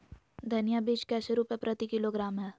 धनिया बीज कैसे रुपए प्रति किलोग्राम है?